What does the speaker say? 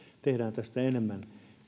tehdään tästä enemmän